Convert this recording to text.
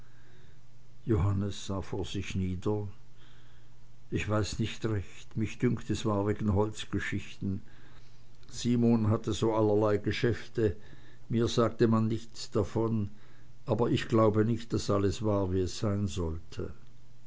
johannes sah vor sich nieder ich weiß nicht recht mich dünkt es war wegen holzgeschichten simon hatte so allerlei geschäfte mir sagte man nichts davon aber ich glaube nicht daß alles war wie es sein sollte